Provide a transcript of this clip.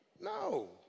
No